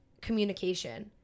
communication